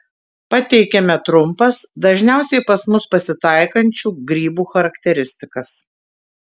pateikiame trumpas dažniausiai pas mus pasitaikančių grybų charakteristikas